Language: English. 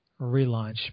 Relaunch